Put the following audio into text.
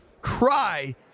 cry